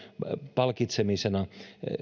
palkitsemisena